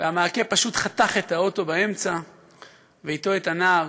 והמעקה פשוט חתך את האוטו באמצע, ואיתו, את הנער.